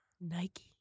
Nike